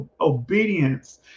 obedience